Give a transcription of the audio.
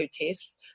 tests